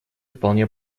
вполне